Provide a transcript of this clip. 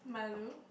malu